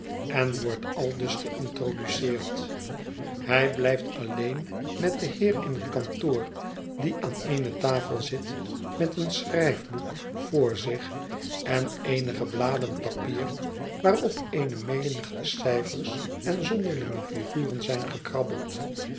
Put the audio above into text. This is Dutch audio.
en wordt aldus geïntroduceerd hij blijft alleen met den heer in het kantoor die aan eene tafel zit met een schrijfboek voor zich en eenige bladen papier waarop eene menigte cijfers en zonderlinge figuren zijn gekrabbeld